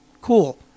Cool